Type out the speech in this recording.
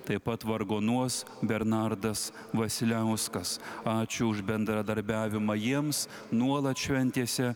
taip pat vargonuos bernardas vasiliauskas ačiū už bendradarbiavimą jiems nuolat šventėse